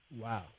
Wow